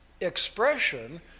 expression